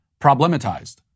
problematized